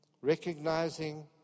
Recognizing